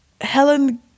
Helen